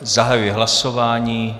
Zahajuji hlasování.